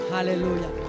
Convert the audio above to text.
Hallelujah